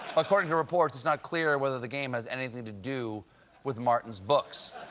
according to reports, it's not clear whether the game has anything to do with martin's books.